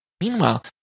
meanwhile